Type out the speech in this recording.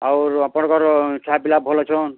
ଆଉର୍ ଆପଣଙ୍କର ଛୁଆ ପିଲା ଭଲ୍ ଅଛନ୍